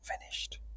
finished